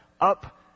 up